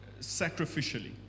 sacrificially